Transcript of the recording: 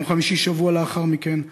ביום חמישי בשבוע לאחר מכן,